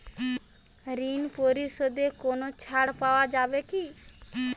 ঋণ পরিশধে কোনো ছাড় পাওয়া যায় কি?